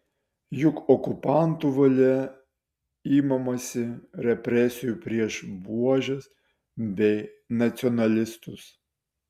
juk okupantų valia imamasi represijų prieš buožes bei nacionalistus